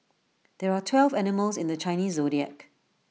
there are twelve animals in the Chinese Zodiac